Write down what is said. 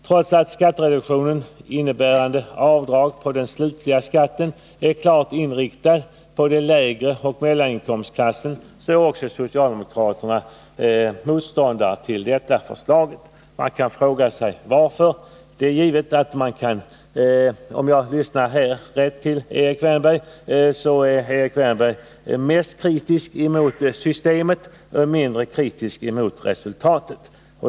Trots att skattereduktionen, innebärande avdrag på den slutliga skatten, är klart inriktad på de lägre inkomstklasserna och mellaninkomstklasserna är socialdemokraterna motståndare också till detta förslag. Man kan fråga sig varför. Om jag lyssnade rätt till Erik Wärnberg finner jag att han är mest kritisk emot systemet, mindre kritisk emot resultatet.